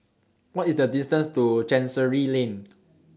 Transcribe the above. What IS The distance to Chancery Lane